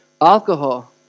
Alcohol